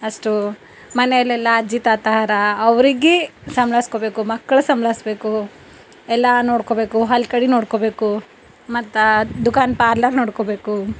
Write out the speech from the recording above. ಅಷ್ಟು ಮನೆಲೆಲ್ಲಾ ಅಜ್ಜಿ ತಾತಾ ಅರಾ ಅವರಿಗೆ ಸಂಭಾಯಿಸ್ಕೋಬೇಕು ಮಕ್ಕಳ ಸಂಭಾಯಿಸ್ಬೇಕು ಎಲ್ಲ ನೋಡಿಕೋಬೇಕು ಹೊಲ್ಕಡಿ ನೋಡಿಕೋಬೇಕು ಮತ್ತು ದುಖಾನ್ ಪಾರ್ಲರ್ ನೋಡಿಕೋಬೇಕು